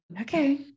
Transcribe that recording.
Okay